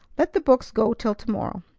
let the books go till to-morrow.